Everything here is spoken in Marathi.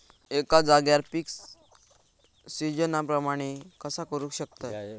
एका जाग्यार पीक सिजना प्रमाणे कसा करुक शकतय?